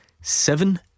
seven